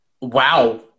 Wow